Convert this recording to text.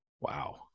Wow